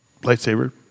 Lightsaber